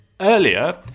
Earlier